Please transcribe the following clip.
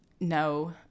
No